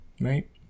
right